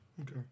Okay